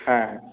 হ্যাঁ